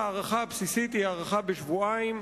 ההארכה הבסיסית היא הארכה בשבועיים,